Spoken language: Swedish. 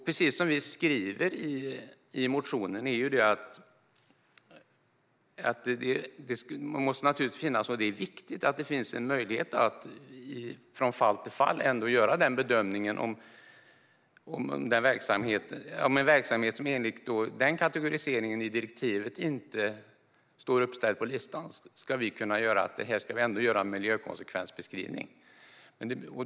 Precis som vi skriver i motionen är det viktigt att det finns en möjlighet att från fall till fall ändå göra den bedömningen. Om en verksamhet enligt kategoriseringen i direktivet inte står på listan ska vi ändå kunna göra en miljökonsekvensbeskrivning.